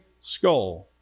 skull